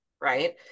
right